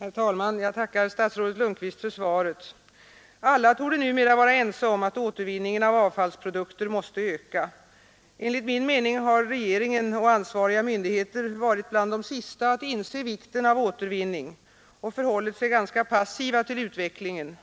Herr talman! Jag tackar statsrådet Lundkvist för svaret. Alla torde numera vara ense om att återvinningen av avfallsprodukter måste öka. Enligt min mening har regeringen och ansvariga myndigheter varit bland de sista att inse vikten av återvinning och förhållit sig ganska passiva till utvecklingen,